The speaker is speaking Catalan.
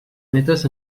metres